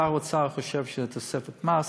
שר האוצר חושב שזו תוספת מס,